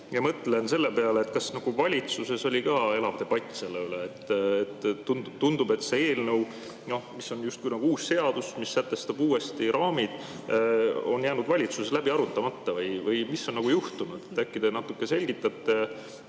ja mõtlen selle peale, kas valitsuses oli ka elav debatt selle üle. Tundub, et see eelnõu, mis [tahab] justkui uues seaduses sätestada uued raamid, on jäänud valitsuses läbi arutamata. Või mis on juhtunud? Äkki te natuke selgitate?